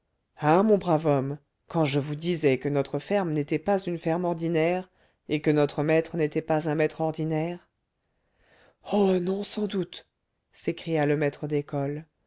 hein mon brave homme quand je vous disais que notre ferme n'était pas une ferme ordinaire et que notre maître n'était pas un maître ordinaire oh non sans doute s'écria le maître d'école